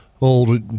old